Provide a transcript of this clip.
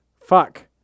Fuck